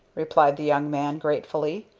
replied the young man, gratefully,